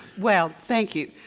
well, thank you,